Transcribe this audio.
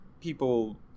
people